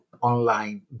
online